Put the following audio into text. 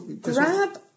grab